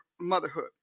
motherhood